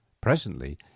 Presently